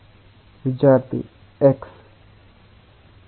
విద్యార్థి x